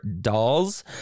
dolls